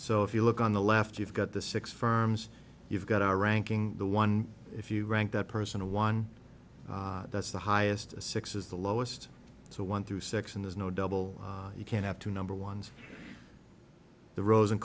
so if you look on the left you've got the six firms you've got are ranking the one if you rank that person a one that's the highest a six is the lowest so one through six and there's no double you can't have two number ones the rows and